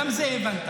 את זה הבנת.